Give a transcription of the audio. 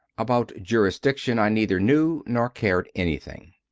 about jurisdiction i neither knew nor cared anything.